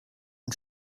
und